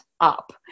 up